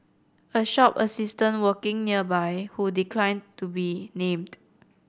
a shop assistant working nearby who declined to be named